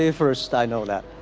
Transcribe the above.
ah first i know that